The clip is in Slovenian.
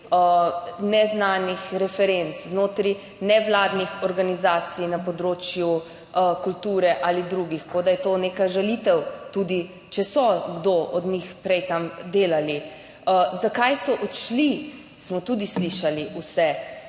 neznanih referenc znotraj nevladnih organizacij na področju kulture ali drugih, kot da je to neka žalitev. Tudi če so kdo od njih prej tam delali. Zakaj so odšli smo tudi slišali vse,